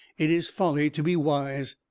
it is folly to be wise.